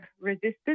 resistance